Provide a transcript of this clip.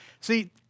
see